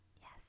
yes